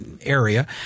area